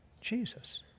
Jesus